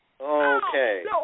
Okay